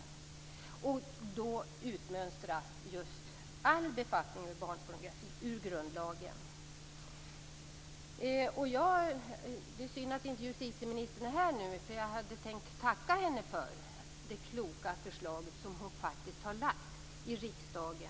Det skulle då innebära att all befattning med barnpornografi utmönstras ur grundlagen. Det är synd att justitieministern inte är kvar i kammaren, för jag hade tänkt tacka henne för det kloka förslag som hon faktiskt har lagt fram i riksdagen.